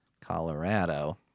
Colorado